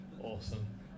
awesome